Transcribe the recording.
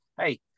hey